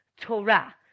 torah